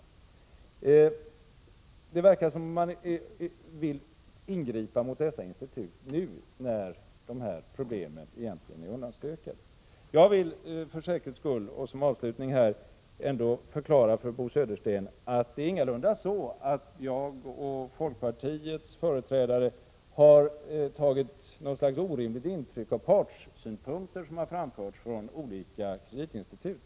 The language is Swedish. Det verkar som om regeringen vill ingripa mot dessa institut nu, när de här problemen egentligen är undanstökade. För säkerhets skull vill jag som avslutning förklara för Bo Södersten att det ingalunda är så att jag och folkpartiets företrädare har tagit något orimligt intryck av partssynpunkter som har framförts från olika kreditinstitut.